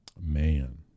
man